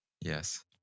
yes